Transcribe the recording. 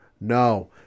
No